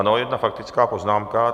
Ano, jedna faktická poznámka.